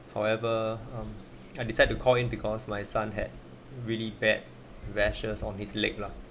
however um I decide to call him because my son had really bad rashes on his leg lah